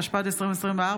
התשפ"ד 2024,